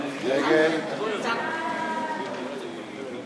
ההצעה להעביר את